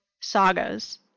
sagas